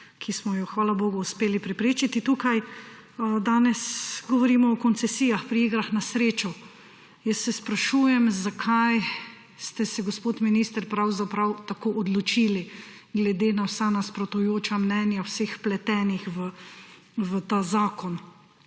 ki smo jo hvala bogu uspeli preprečiti tukaj. Danes govorimo o koncesijah pri igrah na srečo. Sprašujem se, zakaj ste se, gospod minister, tako odločili glede na vsa nasprotujoča mnenja vseh vpletenih v ta zakon?